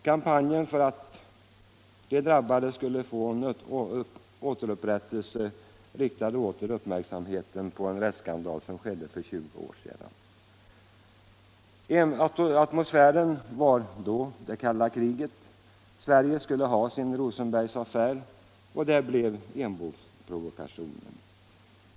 Kampanjen för att de drabbade skulle få en återupprättelse riktade återigen uppmärksamheten på en rättsskandal som inträffade för 20 år sedan. Atmosfären var då det kalla kriget. Sverige skulle ha sin Rosenbergaffär, och det blev Enbomsprovokationen.